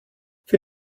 für